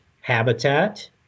habitat